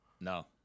No